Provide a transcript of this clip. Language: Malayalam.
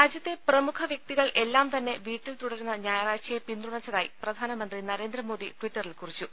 രാജ്യത്തെ പ്രമുഖ വ്യക്തികൾ എല്ലാം തന്നെ വീട്ടിൽ തുട രുന്ന ഞായറാഴ്ചയെ പിന്തുണച്ചതായി പ്രധാനമന്ത്രി നരേന്ദ്ര മോദി ട്വിറ്ററിൽ കുറിച്ചു